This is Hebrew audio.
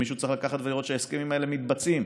מישהו צריך לקחת ולראות שההסכמים האלה מתבצעים,